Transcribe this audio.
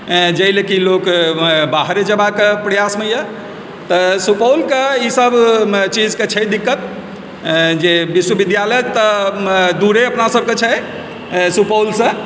जाहि लेल कि लोक बाहरे जयबाक प्रयासमे यए तऽ सुपौलके ईसभमे चीजके छै दिक्कत जे विश्वविद्यालय तऽ दूरे अपनासभके छै सुपौलसँ